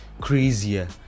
crazier